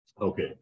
Okay